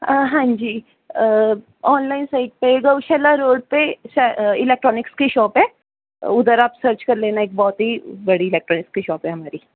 ਹਾਂਜੀ ਔਨਲਾਈਨ ਸਈ ਪਏਗਾ ਗਊਸ਼ਾਲਾ ਰੋਡ 'ਤੇ ਇਲੈਕਟ੍ਰੋਨਿਕਸ ਕੀ ਸ਼ੋਪ ਹੈ ਊਧਰ ਆਪ ਸਰਚ ਕਰ ਲੈਨਾ ਏਕ ਬਹੁਤ ਈ ਬੜੀ ਇਲੈਕਟ੍ਰੋਨਿਕਸ ਕੀ ਸ਼ੋਪ ਹੈ ਹਮਾਰੀ